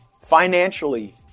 financially